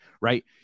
right